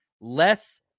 Less